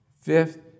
Fifth